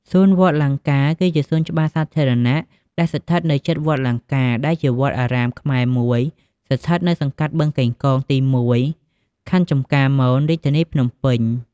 សួនវត្តលង្កា គឺជាសួនច្បារសាធារណៈដែលស្ថិតនៅជិតវត្តលង្កា ដែលជាវត្តអារាមខ្មែរមួយស្ថិតនៅសង្កាត់បឹងកេងកងទី១ ខណ្ឌចំការមន រាជធានីភ្នំពេញ។